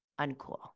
uncool